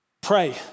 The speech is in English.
Pray